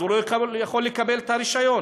הוא לא יכול לקבל את הרישיון.